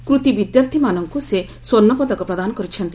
କୂତୀ ବିଦ୍ୟାର୍ଥୀମାନଙ୍କୁ ସେ ସ୍ୱର୍ଷପଦକ ପ୍ରଦାନ କରିଛନ୍ତି